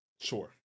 Sure